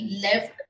left